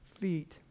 feet